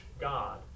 God